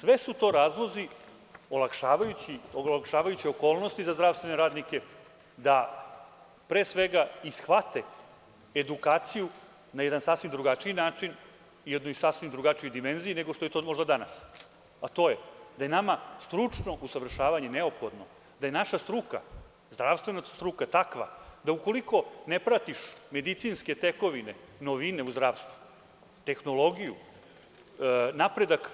Sve su to razlozi olakšavajući, olakšavajuće okolnosti za zdravstvene radnike da pre svega shvate edukaciju na jedan sasvim drugačiji način u jednoj sasvim drugačijoj dimenziji nego što je to možda danas, a to je da je nama stručno usavršavanje neophodno, da je naša struka, zdravstvena struka takva da ukoliko ne pratiš medicinske tekovine, novine u zdravstvu, tehnologiju, napredak